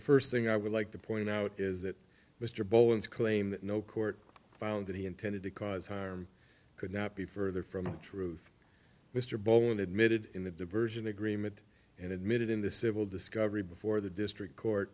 first thing i would like to point out is that mr bowen's claim that no court found that he intended to cause harm could not be further from the truth mr bolton admitted in the diversion agreement and admitted in the civil discovery before the district court